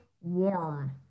warm